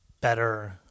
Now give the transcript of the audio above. better